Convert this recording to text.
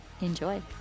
enjoy